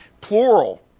Plural